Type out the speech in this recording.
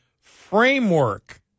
framework